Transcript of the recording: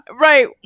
right